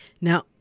Now